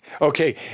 Okay